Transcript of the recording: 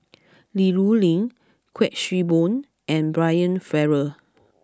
Li Rulin Kuik Swee Boon and Brian Farrell